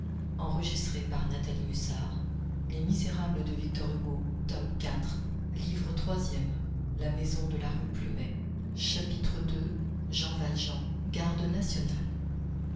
livre troisième la maison de la rue plumet chapitre i la maison à secret chapitre ii jean valjean garde